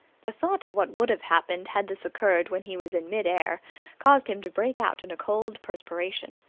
the thought of what would have happened had this occurred when he was in mid-air caused him to break out in a cold perspiration.